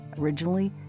Originally